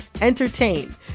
entertain